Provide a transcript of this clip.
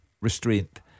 restraint